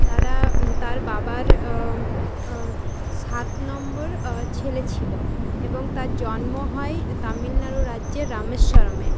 তারা তার বাবার সাত নম্বর ছেলে ছিল এবং তার জন্ম হয় তামিলনাড়ু রাজ্যের রামেশ্বরমে